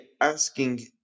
asking